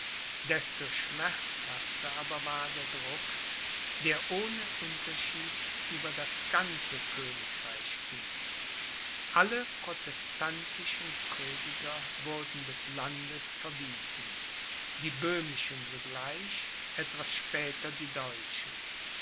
desto schmerzhafter aber war der druck der ohne unterschied über das ganze königreich erging alle protestantischen prediger wurden des landes verwiesen die böhmischen sogleich etwas später die deutschen